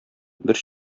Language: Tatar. бер